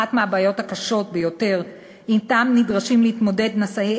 אחת מהבעיות הקשות ביותר שאתה נדרשים להתמודד נשאי